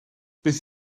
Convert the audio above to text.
beth